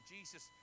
Jesus